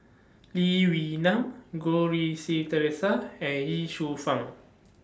Lee Wee Nam Goh Rui Si Theresa and Ye Shufang